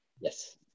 Yes